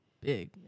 big